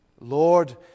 Lord